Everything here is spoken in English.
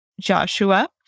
Joshua